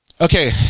Okay